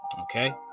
okay